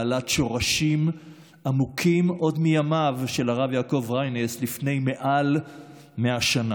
בעלת שורשים עמוקים עוד מימיו של הרב יעקב ריינס לפני מעל 100 שנה.